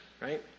right